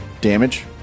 damage